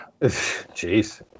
Jeez